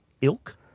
ilk